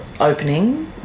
opening